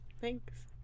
Thanks